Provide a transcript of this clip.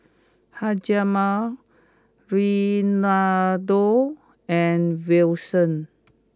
Hjalmar Reynaldo and Wilson